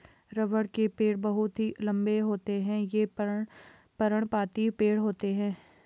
रबड़ के पेड़ बहुत ही लंबे होते हैं ये पर्णपाती पेड़ होते है